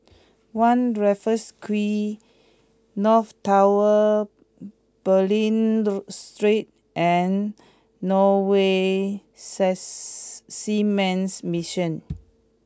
One Raffles Quay North Tower Bulim Street and Norwegian sess Seamen's Mission